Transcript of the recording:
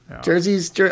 Jerseys